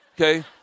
Okay